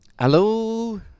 Hello